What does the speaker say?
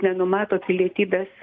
nenumato pilietybės